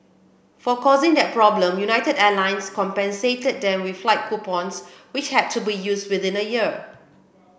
for causing that problem United Airlines compensated them with flight coupons which had to be used within a year